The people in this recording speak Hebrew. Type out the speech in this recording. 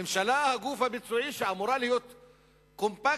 הממשלה, הגוף הביצועי, שאמורה להיות קומפקטית,